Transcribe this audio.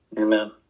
Amen